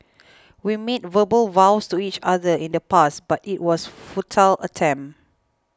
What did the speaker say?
we made verbal vows to each other in the past but it was a futile attempt